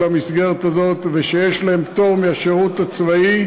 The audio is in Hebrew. למסגרת הזאת ושיש להם פטור מהשרות הצבאי,